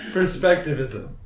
Perspectivism